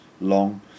long